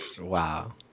Wow